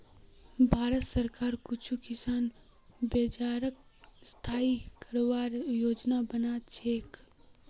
भारत सरकार कुछू किसान बाज़ारक स्थाई करवार योजना बना छेक